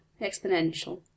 exponential